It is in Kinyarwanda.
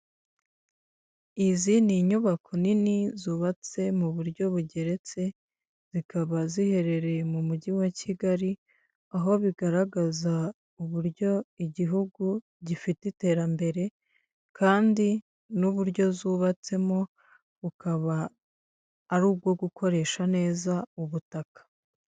Izi ni inyubako nini zubatse mu buryo bugeretse, zikaba ziherereye mu mujyi wa Kigali, aho bigaragaza uburyo igihugu gifite iterambere; kandi n'uburyo zubatsemo bukaba ari ubwo gukoresha neza ubutaka.